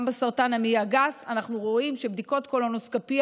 גם בסרטן המעי הגס אנחנו רואים שבדיקות קולונוסקופיה